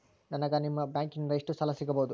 ನನಗ ನಿಮ್ಮ ಬ್ಯಾಂಕಿನಿಂದ ಎಷ್ಟು ಸಾಲ ಸಿಗಬಹುದು?